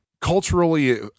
culturally